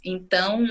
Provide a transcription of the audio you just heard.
Então